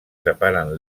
separen